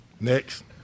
Next